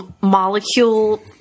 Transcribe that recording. molecule